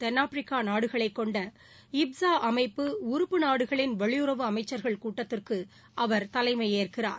தென்னாப்பிரிக்கா நாடுகளை கொண்ட இப்சா அமைப்பு உறுப்பு நாடுகளின் வெளியுறவு அமைச்சர்கள் கூட்டத்திற்கு அவர் தலைமையேற்கிறார்